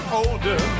older